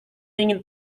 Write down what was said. ingin